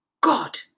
God